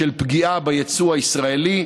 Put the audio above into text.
של פגיעה ביצוא הישראלי,